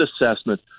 assessment